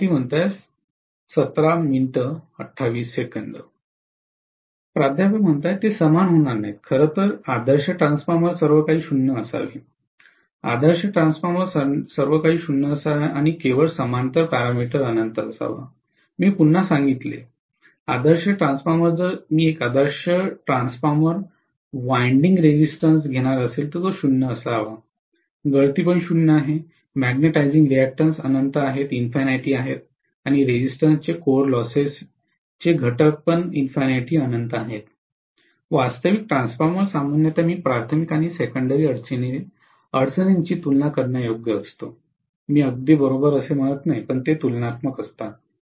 professor ते समान होणार नाहीत खरं तर आदर्श ट्रान्सफॉर्मर सर्वकाही 0 असावे आदर्श ट्रान्सफॉर्मर सर्वकाही 0 असावे आणि केवळ समांतर पॅरामीटर अनंत असावा मी पुन्हा सांगितले आदर्श ट्रान्सफॉर्मर जर मी एक आदर्श ट्रान्सफॉर्मर विंडिंग रेजिस्टेंस घेणार असेल तर 0 असावे गळती 0 आहेत मॅग्नेटिझिंग रिएक्टंट्स अनंत आहेत आणि रेजिस्टेंस चे कोर लॉस घटक अनंत आहेत वास्तविक ट्रान्सफॉर्मर सामान्यत मी प्राथमिक आणि सेकंडरी अडचणींची तुलना करण्यायोग्य असतो मी अगदी बरोबर असे म्हणत नाही ते तुलनात्मक असतात